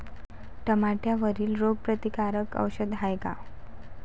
टमाट्यावरील रोग प्रतीकारक औषध हाये का?